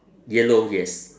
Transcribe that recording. yellow yes